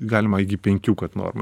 galima igi penkių kad norma